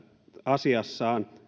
asiassaan